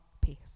peace